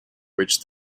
which